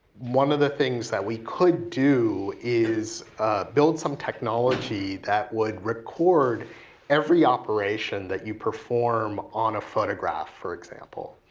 one of the things that we could do is build some technology that would record every operation that you perform on a photograph for example.